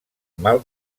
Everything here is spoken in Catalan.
mal